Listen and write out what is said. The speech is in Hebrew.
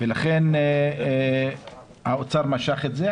ולכן האוצר משך את זה.